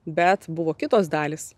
bet buvo kitos dalys